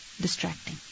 distracting